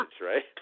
right